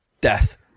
death